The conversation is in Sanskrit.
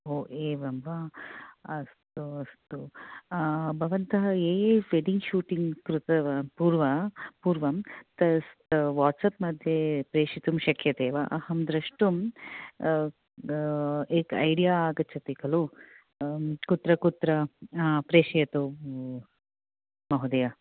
हो एवं वा अस्तु अस्तु भवन्तः ये ये वेड्डिङ्ग् शूटिङ्ग् कृतव पूर्व पूर्वं तत् वाट्सप् मध्ये प्रेषयितुं शक्यते वा अहं द्रष्टुं एक ऐडिया आगच्छति खलु कुत्र कुत्र प्रेषयतु महोदय